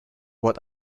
what